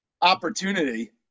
opportunity